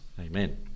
Amen